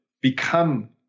become